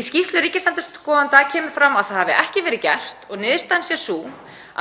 Í skýrslu ríkisendurskoðanda kemur fram að það hafi ekki verið gert og niðurstaðan sé sú